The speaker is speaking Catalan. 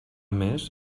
més